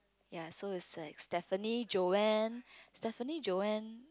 ya so it's like Stephanie Joanne Stephanie Joanne